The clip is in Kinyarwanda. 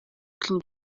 king